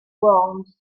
worms